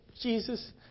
Jesus